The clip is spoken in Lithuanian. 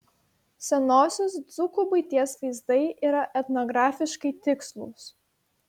senosios dzūkų buities vaizdai yra etnografiškai tikslūs